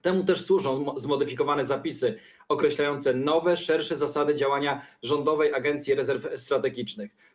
Temu służą zmodyfikowane zapisy określające nowe, szersze zasady działania Rządowej Agencji Rezerw Strategicznych.